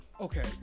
okay